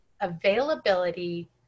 availability